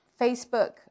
Facebook